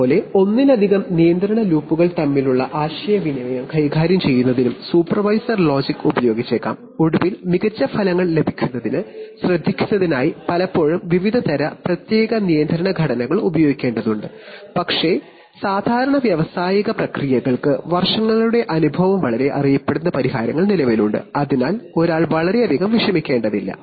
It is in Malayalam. അതുപോലെ ഒന്നിലധികം നിയന്ത്രണ ലൂപ്പുകൾ തമ്മിലുള്ള ആശയവിനിമയം കൈകാര്യം ചെയ്യുന്നതിനും സൂപ്പർവൈസർ ലോജിക് ഉപയോഗിച്ചേക്കാം ഒടുവിൽ മികച്ച ഫലങ്ങൾ ലഭിക്കുന്നതിന് ശ്രദ്ധിക്കുന്നതിനായി പലപ്പോഴും വിവിധതരം പ്രത്യേക നിയന്ത്രണ ഘടനകൾ ഉപയോഗിക്കേണ്ടതുണ്ട് പക്ഷേ നല്ല കാര്യം സാധാരണ വ്യാവസായിക പ്രക്രിയകൾക്ക് വർഷങ്ങളുടെ അനുഭവം വളരെ അറിയപ്പെടുന്ന പരിഹാരങ്ങൾ നിലവിലുണ്ട് അതിനാൽ ഒരാൾ വളരെയധികം വിഷമിക്കേണ്ടതില്ല